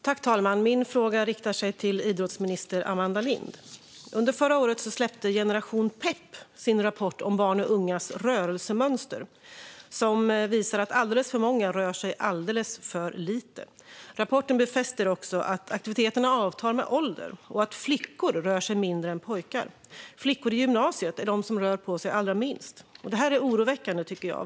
Herr talman! Min fråga riktar sig till idrottsminister Amanda Lind. Under förra året släppte Generation Pep sin rapport om barns och ungas rörelsemönster. Den visade att alldeles för många rör sig alldeles för lite. Rapporten befäster också att aktiviteterna avtar med åldern och att flickor rör sig mindre än pojkar. Flickor i gymnasiet är de som rör på sig allra minst. Detta är oroväckande, tycker jag.